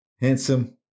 handsome